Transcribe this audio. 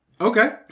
Okay